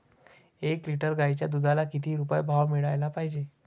एक लिटर गाईच्या दुधाला किती रुपये भाव मिळायले पाहिजे?